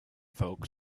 folks